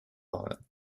file